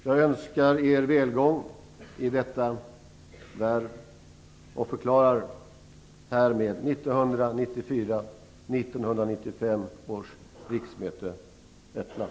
Jag önskar er välgång i detta värv och förklarar härmed 1994/95 års riksmöte öppnat.